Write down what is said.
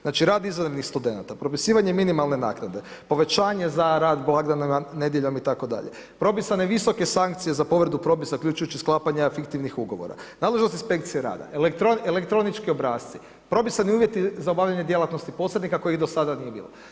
Znači rad izvanrednih studenata, propisivanje minimalne naknade, povećanje za rad blagdana nedjeljom itd., propisane visoke sankcije za povredu propisa uključujući sklapanja fiktivnih ugovora, ... inspekciji rada, elektronički obrasci, propisani uvjeti za obavljanje djelatnosti posrednika koji do sada nije bilo.